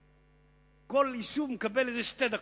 כל יישוב מקבל איזה שתי דקות.